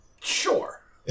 Sure